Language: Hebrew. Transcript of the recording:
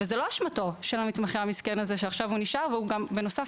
וזאת לא אשמתו של המתמחה המסכן הזה שעכשיו נשאר ובנוסף